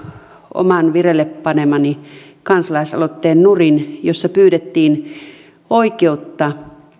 oman vireille panemani kansalaisaloitteen nurin jossa pyydettiin oikeutta kunnioittaa